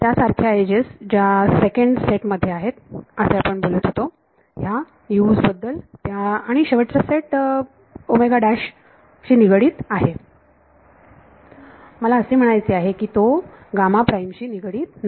त्या सारख्या एजेस ज्या सेकंड सेट मध्ये आहेत असे आपण बोलत होतो ह्या U's बद्दल त्या आणि शेवटचा सेट शी निगडित आहे मला असे म्हणायचे आहे की तो शी निगडीत नाही